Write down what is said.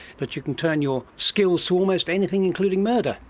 but you can turn your skills to almost anything, including murder.